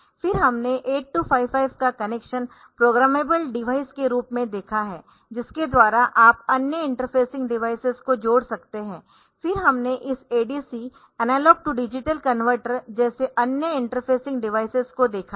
फिर हमने 8255 का कनेक्शन प्रोग्रामेबल डिवाइस के रूप में देखा है जिसके द्वारा आप अन्य इंटरफेसिंग डिवाइसेस को जोड़ सकते है फिर हमने इस ADC analog to digital converter जैसे अन्य इंटरफेसिंग डिवाइसेस को देखा है